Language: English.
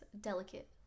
delicate